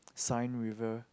Sine-River